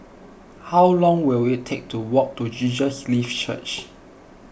how long will it take to walk to Jesus Lives Church